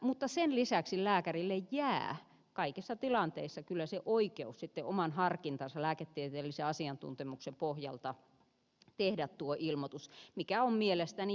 mutta sen lisäksi lääkärille jää kaikissa tilanteissa kyllä se oikeus sitten oman harkintansa lääketieteellisen asiantuntemuksen pohjalta tehdä tuo ilmoitus mikä on mielestäni hyvä